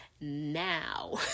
now